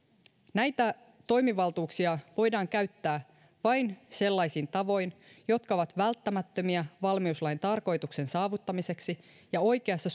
näitä toimivaltuuksia voidaan käyttää vain sellaisin tavoin jotka ovat välttämättömiä valmiuslain tarkoituksen saavuttamiseksi ja oikeassa